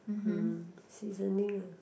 mm seasoning uh